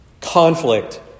conflict